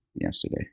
yesterday